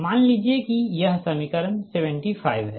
मान लीजिए कि यह समीकरण 75 है